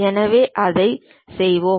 எனவே அதை செய்வோம்